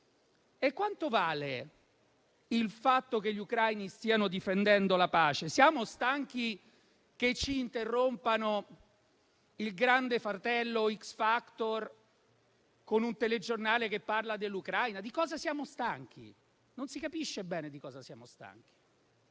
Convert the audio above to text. E quanto vale il fatto che gli ucraini stiano difendendo la pace? Siamo stanchi che ci interrompano «Il grande fratello» o «X Factor» con un telegiornale che parla dell'Ucraina? Di cosa siamo stanchi? Non si capisce bene di cosa siamo stanchi.